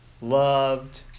loved